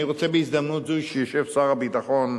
אני רוצה, בהזדמנות זו שיושב שר הביטחון,